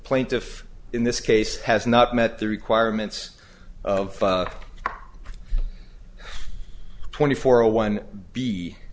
plaintiff in this case has not met the requirements of twenty four a one b